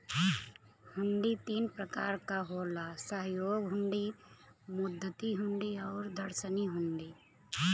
हुंडी तीन प्रकार क होला सहयोग हुंडी, मुद्दती हुंडी आउर दर्शनी हुंडी